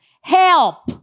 help